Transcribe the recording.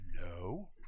no